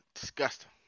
Disgusting